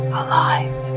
alive